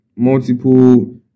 multiple